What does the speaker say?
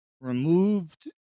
removed